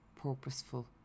purposeful